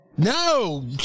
No